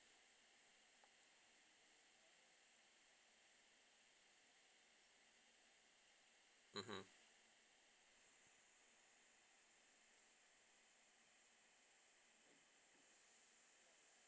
mmhmm